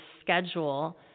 schedule